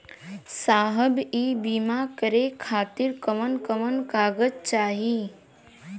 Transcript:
साहब इ बीमा करें खातिर कवन कवन कागज चाही?